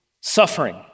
suffering